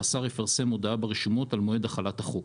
והשר יפרסם הודעה ברשומות על מועד החלת החוק.